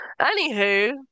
anywho